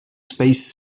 space